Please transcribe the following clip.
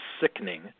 sickening